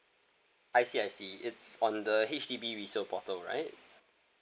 I see I see it's on the H_D_B resale portal right